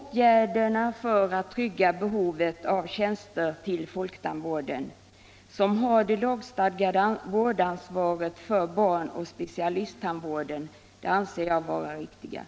Åtgärderna för att trygga behovet av tjänster till folktandvården, som har det lagstadgade vårdansvaret för barnoch specialisttandvården, anser jag vara viktiga.